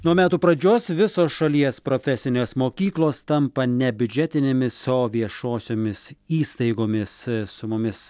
nuo metų pradžios visos šalies profesinės mokyklos tampa ne biudžetinėmis o viešosiomis įstaigomis su mumis